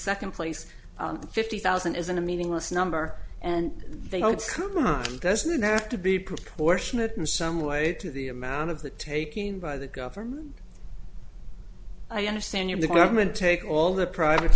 second place the fifty thousand isn't a meaningless number and they don't some time doesn't have to be proportionate in some way to the amount of the taking by the government i understand you're the government take all the private